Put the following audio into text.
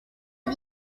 کار